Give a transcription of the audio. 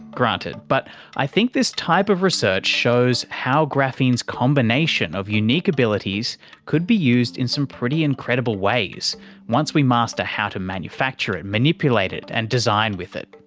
granted. but i think this type of research shows how graphene's combination of unique abilities could be used in some pretty incredible ways once we master how to manufacture and manipulate it and design with it.